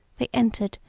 they entered,